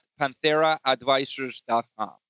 PantheraAdvisors.com